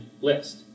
list